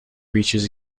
reaches